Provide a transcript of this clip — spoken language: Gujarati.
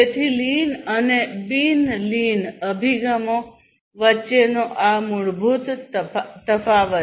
તેથી લીન અને બિન લીન અભિગમો વચ્ચેનો આ મૂળભૂત તફાવત